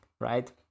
right